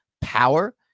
power